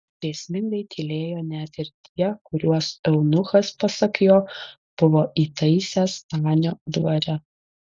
grėsmingai tylėjo net ir tie kuriuos eunuchas pasak jo buvo įtaisęs stanio dvare